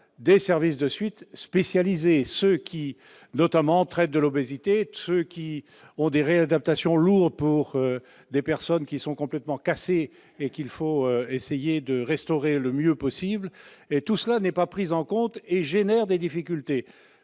des services de suite spécialisés, ceux qui, notamment, traitent de l'obésité ou prennent en charge des réadaptations lourdes, pour des personnes qui sont complètement cassées et qu'il faut remettre sur pied le mieux possible. Tout cela n'est pas pris en compte, ce qui engendre des difficultés.